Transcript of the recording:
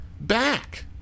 back